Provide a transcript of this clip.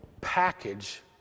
package